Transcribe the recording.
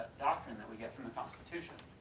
doctrine that we get from the constitution.